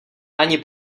ani